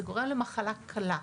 זה גורם למחלה קלה.